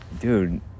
dude